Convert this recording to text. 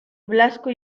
blasco